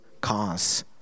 cause